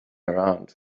around